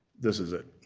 this is it.